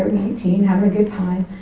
eighteen, havin' a good time.